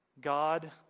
god